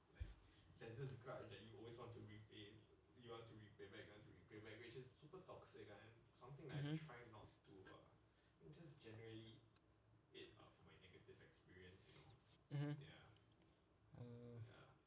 mmhmm mmhmm